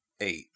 eight